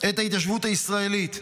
את ההתיישבות הישראלית.